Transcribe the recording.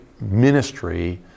ministry